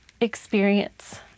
experience